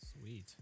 sweet